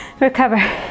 Recover